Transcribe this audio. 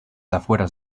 afueras